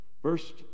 First